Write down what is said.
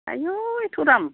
आयु एथ' दाम